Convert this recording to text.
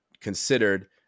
considered